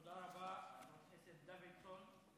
תודה רבה, חבר הכנסת דוידסון.